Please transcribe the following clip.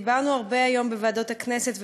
דיברנו הרבה היום בוועדת הכנסת,